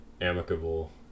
amicable